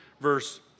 Verse